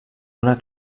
una